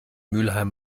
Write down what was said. mülheim